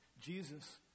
Jesus